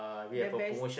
the best